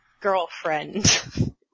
girlfriend